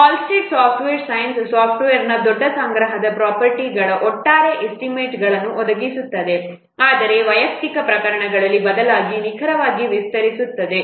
Halstead software science ಸಾಫ್ಟ್ವೇರ್ನ ದೊಡ್ಡ ಸಂಗ್ರಹದ ಪ್ರೊಪರ್ಟಿಗಳ ಒಟ್ಟಾರೆ ಎಸ್ಟಿಮೇಟ್ಗಳನ್ನು ಒದಗಿಸುತ್ತದೆ ಆದರೆ ವೈಯಕ್ತಿಕ ಪ್ರಕರಣಗಳಿಗೆ ಬದಲಾಗಿ ನಿಖರವಾಗಿ ವಿಸ್ತರಿಸುತ್ತದೆ